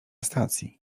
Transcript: stacji